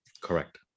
Correct